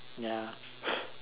ya